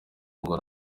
ngo